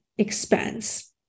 Expense